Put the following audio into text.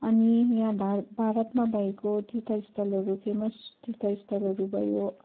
अनि यहाँ धार् भारतमा भएको तीर्थस्थलहरू फेमस तीर्थस्थलहरू भयो